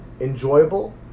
enjoyable